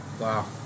Wow